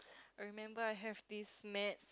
remember I have this maths